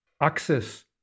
access